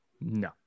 No